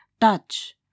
touch